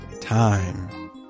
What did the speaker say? Time